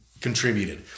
contributed